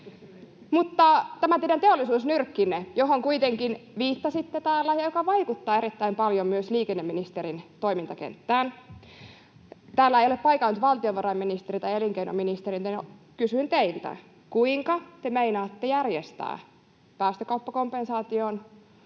Mutta tämä teidän teollisuusnyrkkinne, johon kuitenkin viittasitte täällä ja joka vaikuttaa erittäin paljon myös liikenneministerin toimintakenttään... Täällä ei ole paikalla nyt valtiovarainministeriä, elinkeinoministeriä, niin kysyn teiltä: Kuinka te meinaatte järjestää päästökauppakompensaatioon